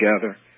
together